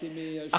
למדתי מהיושב-ראש.